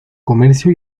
comercio